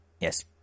Yes